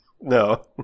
No